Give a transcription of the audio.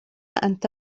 أنت